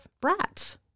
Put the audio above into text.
brats